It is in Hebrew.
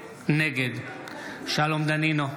נגד שלום דנינו,